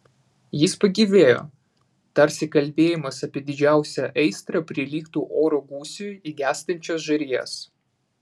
jis pagyvėjo tarsi kalbėjimas apie didžiausią aistrą prilygtų oro gūsiui į gęstančias žarijas